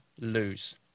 lose